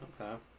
Okay